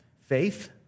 faith